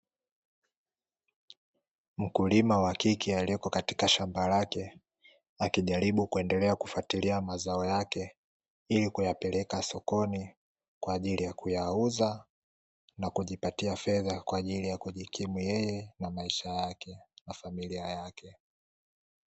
Mkulima wa kike aliyekuwa katika shamba lake akijaribu kufatilia mazao yake, ili kuyapeleka sokoni kwaajili ya kuyauza na kujipatia fedha kwaajili ya kujikimu yeye na maisha yake na familia yake.